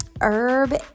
herb